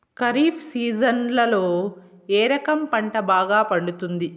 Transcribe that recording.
ఖరీఫ్ సీజన్లలో ఏ రకం పంట బాగా పండుతుంది